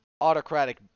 autocratic